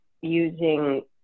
using